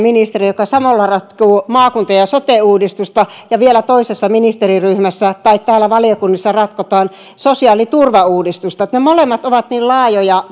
ministeri joka samalla ratkoo maakunta ja sote uudistusta kun vielä toisessa ministeriryhmässä tai täällä valiokunnissa ratkotaan sosiaaliturvauudistusta ne molemmat ovat niin laajoja